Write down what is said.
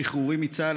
עם שחרורי מצה"ל,